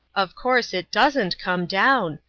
of course it doesn't come down,